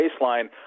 baseline